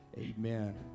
Amen